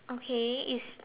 okay it's